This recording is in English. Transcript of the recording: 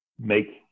make